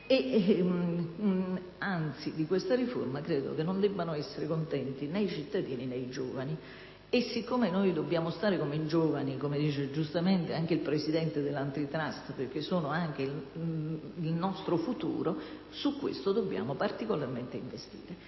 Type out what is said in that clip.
anzi, di questa riforma credo non debbano essere contenti né i cittadini, né i giovani. Siccome noi dobbiamo stare con i giovani, come dice giustamente anche il presidente dell'*Antitrust*, perché sono anche il nostro futuro, su questo dobbiamo particolarmente investire.